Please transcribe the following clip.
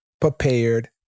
prepared